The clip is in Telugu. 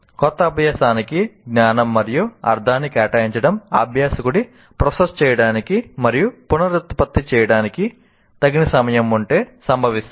క్రొత్త అభ్యాసానికి జ్ఞానం మరియు అర్ధాన్ని కేటాయించడం అభ్యాసకుడికి ప్రాసెస్ చేయడానికి మరియు పునరుత్పత్తి చేయడానికి తగిన సమయం ఉంటే సంభవిస్తుంది